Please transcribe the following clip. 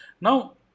Now